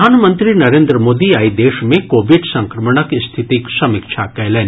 प्रधानमंत्री नरेन्द्र मोदी आइ देश मे कोविड संक्रमणक स्थितिक समीक्षा कयलनि